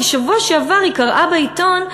כי בשבוע שעבר היא קראה בעיתון,